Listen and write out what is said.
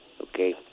Okay